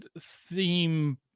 theme